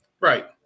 Right